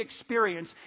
experience